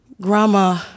Grandma